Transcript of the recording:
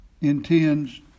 intends